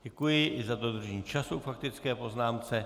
Děkuji i za dodržení času k faktické poznámce.